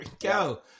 go